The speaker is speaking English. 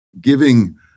giving